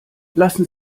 lassen